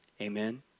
Amen